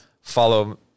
follow